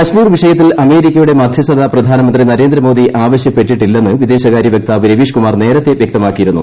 കാശ്മീർ വിഷയത്തിൽ അമേരിക്കയുടെ മധ്യസ്ഥത പ്രധാനമന്ത്രി നരേന്ദ്രമോദി ആവശ്യപ്പെട്ടിട്ടില്ലെന്ന് വിദേശകാര്യ വക്താവ് രവീഷ്കുമാർ നേരത്തേ വൃക്തമാക്കിയിരുന്നു